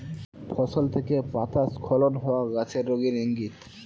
ফসল থেকে পাতা স্খলন হওয়া গাছের রোগের ইংগিত